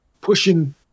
pushing